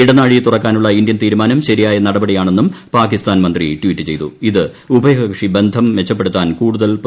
ഇടനാഴി തുറക്കാനുള്ള ഇന്ത്യൻ തീരുമാനം ശരിയായ നടപടിയാണെന്നും പാകിസ്ഥാൻ മന്ത്രി ട്വീറ്റ് ഇത് ഉഭയകക്ഷി ബന്ധം മെച്ചപ്പെടുത്താൻ കൂടുതൽ ചെയ്തു